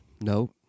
No